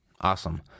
Awesome